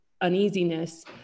uneasiness